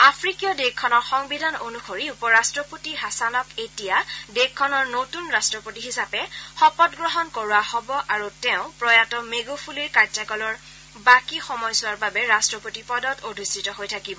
আফ্ৰিকীয় দেশখনৰ সংবিধান অনুসৰি উপৰাট্টপতি হাছানক এতিয়া দেশখনৰ নতুন ৰাট্টপতি হিচাপে শপতগ্ৰহণ কৰোৱা হ'ব আৰু তেওঁ প্ৰয়াত মেণ্ডফুলিৰ কাৰ্যকালৰ বাকী সময়ছোৱাৰ বাবে ৰাষ্ট্ৰপতি পদত অধিষ্ঠিত হৈ থাকিব